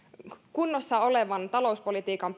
kunnossa olevan talouspolitiikan